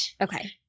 okay